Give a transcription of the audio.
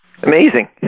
Amazing